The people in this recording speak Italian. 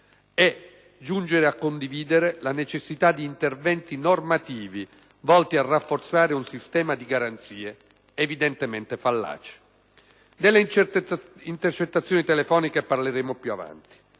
e giungere a condividere la necessità di interventi normativi volti a rafforzare un sistema di garanzie evidentemente fallace. Delle intercettazioni telefoniche parleremo più avanti.